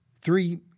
three